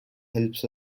helps